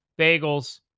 bagels